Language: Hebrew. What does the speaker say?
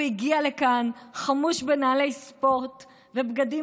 הוא הגיע לכאן חמוש בנעלי ספורט ובגדים